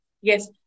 Yes